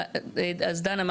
אז דנה,